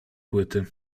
płyty